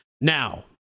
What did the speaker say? Now